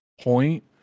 point